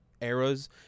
eras